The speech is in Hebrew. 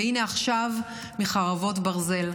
והינה עכשיו מחרבות ברזל.